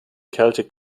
celtic